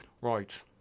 Right